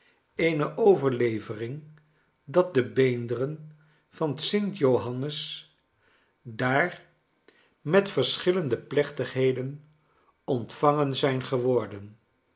eene overlevoring dat de beenderen van st johannes daar met verschillende plechtigheden ontvangen zijn geworden